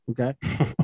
okay